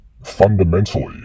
fundamentally